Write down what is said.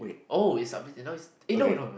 oh is now is eh no no no